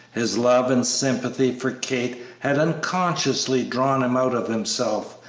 his love and sympathy for kate had unconsciously drawn him out of himself,